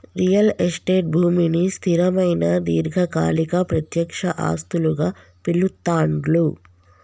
real estate భూమిని స్థిరమైన దీర్ఘకాలిక ప్రత్యక్ష ఆస్తులుగా పిలుత్తాండ్లు